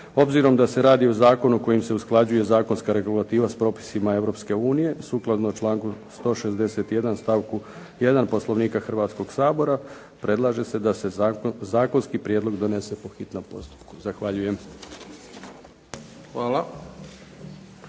Obzirom da se radi o zakonu kojim se usklađuje zakonska regulativa s propisima Europske unije sukladno članku 161. stavku 1. Poslovnika Hrvatskog sabora, predlaže se da se zakonski prijedlog donese po hitnom postupku. Zahvaljujem.